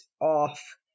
off